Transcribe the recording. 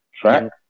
track